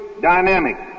dynamic